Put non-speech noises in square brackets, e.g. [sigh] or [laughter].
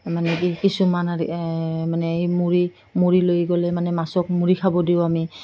মানে কি কিছুমান [unintelligible] মানে এই মুড়ি মুড়ি লৈ গ'লে মানে মাছক মুড়ি খাব দিওঁ আমি